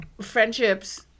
friendships